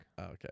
Okay